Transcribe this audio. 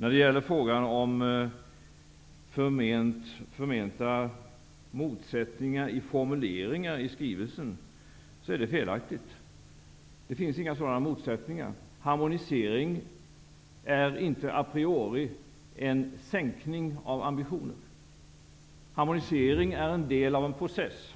När det gäller frågan om förmenta motsättningar i formuleringar i skrivelsen vill jag svara att det är felaktigt. Det finns inga sådana motsättningar. Harmonisering är inte a priori en sänkning av ambitioner. Harmonisering är en del av en process,